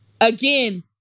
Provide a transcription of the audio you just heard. Again